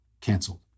canceled